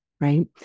right